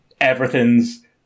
Everything's